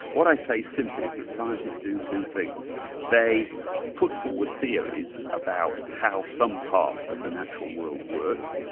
what i say simply is that scientists do two things they put forward theories about how some part of the natural world works,